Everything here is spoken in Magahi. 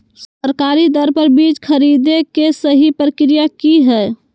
सरकारी दर पर बीज खरीदें के सही प्रक्रिया की हय?